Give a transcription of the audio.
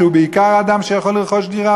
שהוא בעיקר האדם שיכול לרכוש דירה,